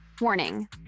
Warning